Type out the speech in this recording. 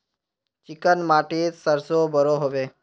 Chicken माटित सरसों बढ़ो होबे?